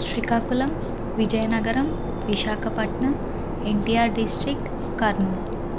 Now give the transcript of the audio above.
Srikakulam Vizianagaram Visakhapatnam NTR district Kurnool